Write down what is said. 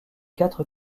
quatre